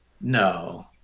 no